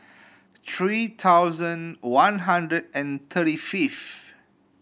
three thousand one hundred and thirty fifth